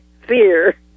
fear